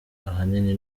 ahanini